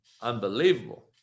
Unbelievable